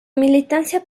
militancia